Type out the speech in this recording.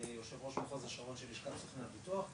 אני יושב ראש מחוז השרון של לשכת סוכני הביטוח,